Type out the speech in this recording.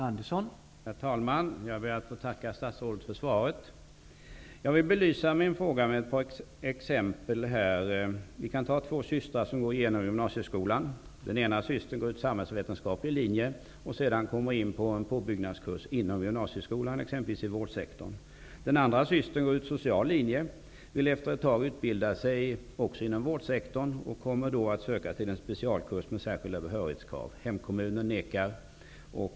Herr talman! Jag ber att få tacka statsrådet för svaret. Jag vill belysa min fråga med ett par exempel. Låt oss ta två systrar som går genom gymnasieskolan. Den ena systern går ut en samhällsvetenskaplig linje och kommer därefter in på en påbyggnadskurs inom gymnasieskolan, exempelvis i vårdsektorn. Den andra systern går ut social linje, vill efter ett tag utbilda sig inom vårdsektorn och kommer då att söka sig till en specialkurs med särskilda behörighetskrav. Hemkommunen nekar.